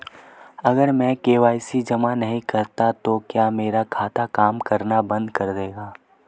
अगर मैं के.वाई.सी जमा नहीं करता तो क्या मेरा खाता काम करना बंद कर देगा?